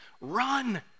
run